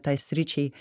tai sričiai